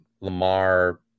Lamar